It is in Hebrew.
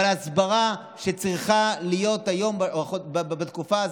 אבל הסברה צריכה להיות היום, בתקופה הזאת,